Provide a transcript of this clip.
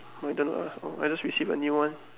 I don't know ah I just receive a new one